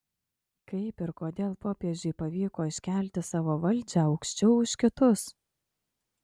kaip ir kodėl popiežiui pavyko iškelti savo valdžią aukščiau už kitus